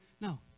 No